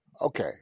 okay